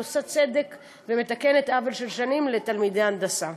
היא עושה צדק ומתקנת עוול של שנים לתלמידי ההנדסה.